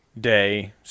day